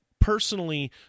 personally